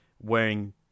wearing